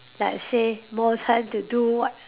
like say more time to do what